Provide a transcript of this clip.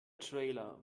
trailer